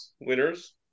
winners